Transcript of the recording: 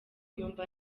yumva